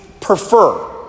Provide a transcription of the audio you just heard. prefer